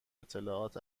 اطلاعات